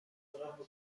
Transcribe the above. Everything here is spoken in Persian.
دارم